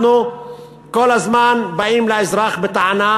אנחנו כל הזמן באים לאזרח בטענה,